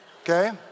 okay